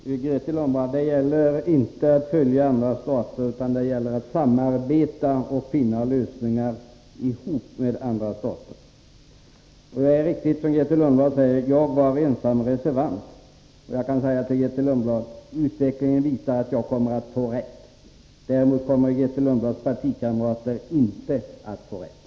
Herr talman! Det gäller inte, Grethe Lundblad, att följa andra stater utan att samarbeta och finna lösningar ihop med andra stater. Det är riktigt som Grethe Lundblad säger att jag var ensam reservant. Och jag kan säga till Grethe Lundblad: Utvecklingen visar att jag kommer att få rätt. Däremot kommer Grethe Lundblads partikamrater inte att få rätt.